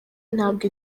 ntabwo